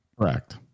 Correct